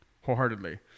wholeheartedly